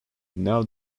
now